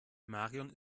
marion